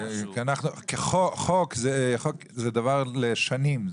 חוק זה דבר לשנים,